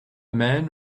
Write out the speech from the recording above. man